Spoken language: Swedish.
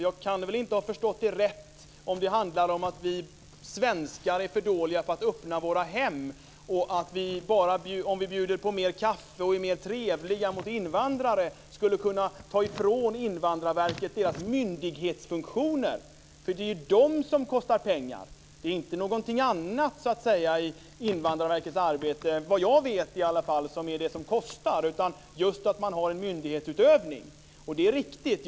Jag kan väl inte ha förstått det rätt, att det skulle handla om att vi svenskar är för dåliga på att öppna våra hem och om vi bjuder på mer kaffe och är trevligare mot invandrare skulle vi kunna ta ifrån Invandrarverket dess myndighetsfunktioner. Det är ju de som kostar pengar. Det är inte någonting annat i Invandrarverkets arbete som kostar, i alla fall inte vad jag vet, utan det är just detta att man har en myndighetsutövning. Det är riktigt.